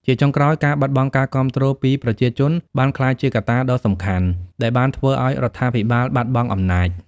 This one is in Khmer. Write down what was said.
ជាចុងក្រោយ ការបាត់បង់ការគាំទ្រពីប្រជាជនបានក្លាយជាកត្តាដ៏សំខាន់ដែលបានធ្វើឲ្យរដ្ឋាភិបាលបាត់បង់អំណាច។